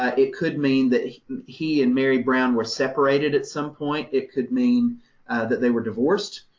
ah it could mean that he and mary brown were separated at some point. it could mean that they were divorced,